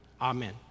Amen